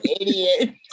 idiot